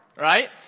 right